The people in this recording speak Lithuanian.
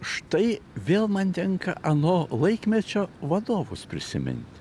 štai vėl man tenka ano laikmečio vadovus prisimint